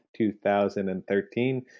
2013